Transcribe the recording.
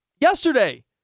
yesterday